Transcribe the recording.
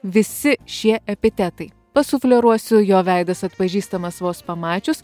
visi šie epitetai pasufleruosiu jo veidas atpažįstamas vos pamačius